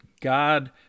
God